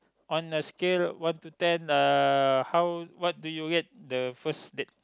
on a scale one to ten uh how what do you rate the first date